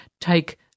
take